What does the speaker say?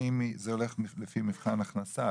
האם זה הולך לפי מבחן הכנסה?